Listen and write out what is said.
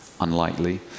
unlikely